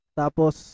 tapos